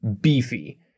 beefy